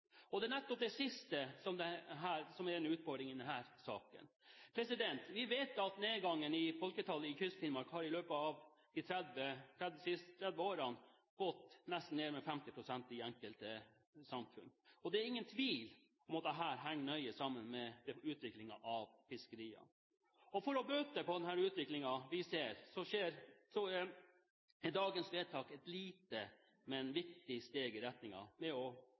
Det er nettopp det siste som er en utfordring i denne saken. Vi vet at folketallet i Kyst-Finnmark i løpet av de siste 30 årene har gått ned med nesten 50 pst. i enkelte samfunn. Det er ingen tvil om at dette henger nøye sammen med utviklingen i fiskeriene. For å bøte på den utviklingen som vi ser, er dagens vedtak et lite, men viktig steg i riktig retning, ved at vi får lovfestet retten til å